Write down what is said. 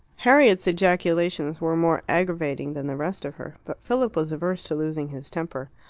harriet's ejaculations were more aggravating than the rest of her. but philip was averse to losing his temper.